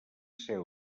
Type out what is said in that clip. ser